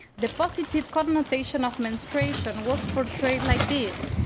the positive connotation of menstruation was portrayed like this.